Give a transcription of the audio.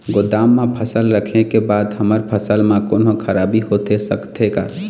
गोदाम मा फसल रखें के बाद हमर फसल मा कोन्हों खराबी होथे सकथे का?